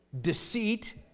deceit